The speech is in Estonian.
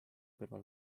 kõrval